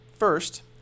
First